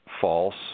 false